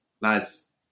lads